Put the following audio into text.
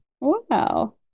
Wow